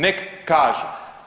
Nek kaže.